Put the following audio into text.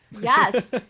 Yes